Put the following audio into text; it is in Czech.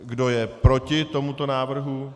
Kdo je proti tomuto návrhu?